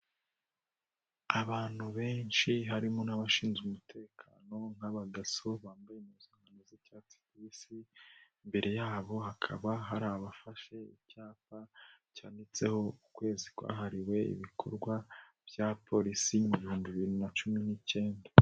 Abantu benshi harimo n'abashinzwe umutekano nk'abadaso bambaye impuzankano z'icyatsi kibisi, imbere yabo hakaba hari abafashe icyapa cyanditseho ukwezi kwahariwe ibikorwa bya polisi mu bihumbi bibiri na cumi n'icyenda.